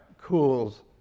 cools